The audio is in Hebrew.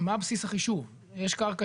רובם יישובים ערבים,